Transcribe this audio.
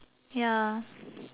ya